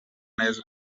neza